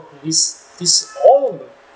this this all